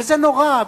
זה נורא,